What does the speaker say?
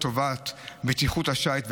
לטובת בטיחות השיט,